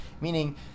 meaning